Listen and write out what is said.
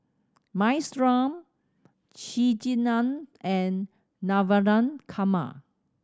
Minestrone Chigenan and Navratan Korma